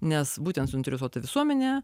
nes būtent suinteresuota visuomenė